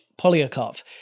Polyakov